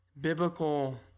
biblical